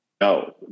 no